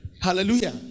Hallelujah